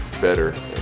better